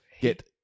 get